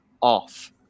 off